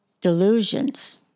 delusions